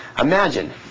Imagine